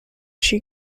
she